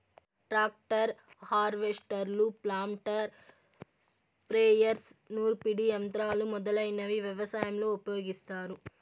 tractor, హార్వెస్టర్లు, planter, sprayers, నూర్పిడి యంత్రాలు మొదలైనవి వ్యవసాయంలో ఉపయోగిస్తారు